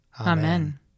Amen